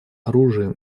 оружием